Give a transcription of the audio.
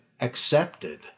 accepted